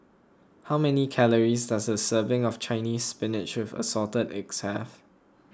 how many calories does a serving of Chinese Spinach with Assorted Eggs have